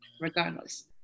regardless